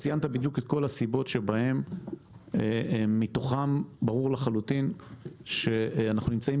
ציינת את כל הסיבות שמתוכן ברור לחלוטין שאנחנו נמצאים